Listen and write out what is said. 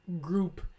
group